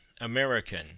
American